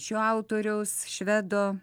šio autoriaus švedo